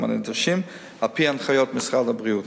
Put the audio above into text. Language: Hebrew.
הנדרשים על-פי הנחיות משרד הבריאות.